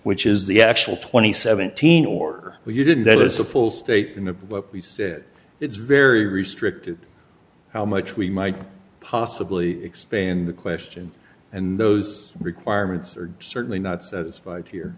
which is the actual two thousand and seventeen or you didn't that was the full state in the we said it's very restricted how much we might possibly expand the question and those requirements are certainly not satisfied here